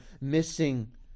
missing